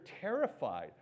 terrified